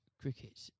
cricket